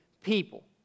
people